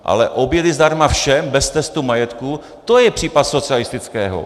Ale obědy zdarma všem bez testu majetku, to je případ socialistického!